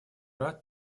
рад